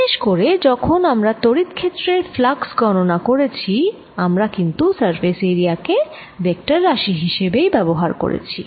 বিশেষ করে যখন আমরা ত্বড়িৎ ক্ষেত্রের ফ্লাক্স গণনা করেছি আমরা কিন্তু সারফেস এরিয়া কে ভেক্টর রাশি হিসেবেই ব্যবহার করেছি